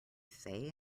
say